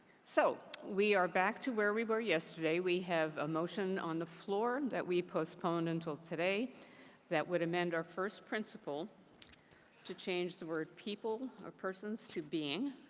so we are back to where we were yesterday. we have a motion on the floor that we postponed until today that would amend our first principle to change the word people or persons to being.